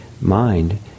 mind